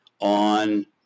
on